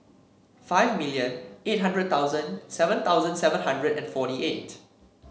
five million eight hundred thousand seven thousand seven hundred and fourty eight